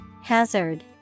Hazard